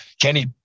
Kenny